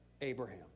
Abraham